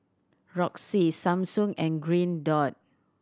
Roxy Samsung and Green Dot